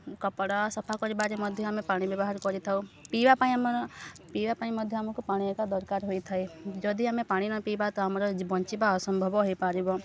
କପଡ଼ା ସଫା କରିବାରେ ମଧ୍ୟ ଆମେ ପାଣି ବ୍ୟବହାର କରିଥାଉ ପିଇବା ପାଇଁ ଆମର ପିଇବା ପାଇଁ ମଧ୍ୟ ଆମକୁ ପାଣି ଏକା ଦରକାର ହୋଇଥାଏ ଯଦି ଆମେ ପାଣି ନ ପିଇବା ତ ଆମର ବଞ୍ଚିବା ଅସମ୍ଭବ ହେଇପାରିବ